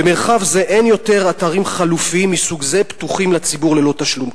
במרחב זה אין עוד אתרים חלופיים מסוג זה הפתוחים לציבור ללא תשלום,